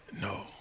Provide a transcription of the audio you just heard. No